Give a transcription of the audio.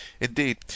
Indeed